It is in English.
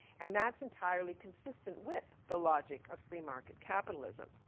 and that's entirely consistent with the logic of free market capitalism.